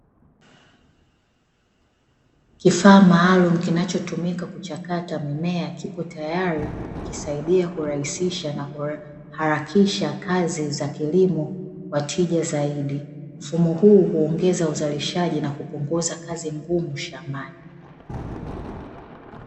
Kifaa maalumu kinachotumika kuchakata mimea kipo tayari, kikisaidia kurahisisha na kuharakisha kazi za kilimo kwa tija zaidi. Mfumo huu huongeza uzalishaji, na kupunguza kazi ngumu shambani.